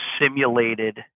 simulated